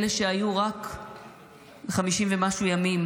אלה שהיו רק 50 ומשהו ימים,